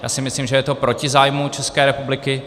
Já si myslím, že je to proti zájmu České republiky.